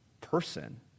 person